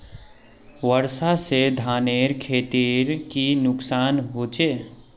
वर्षा से धानेर खेतीर की नुकसान होचे?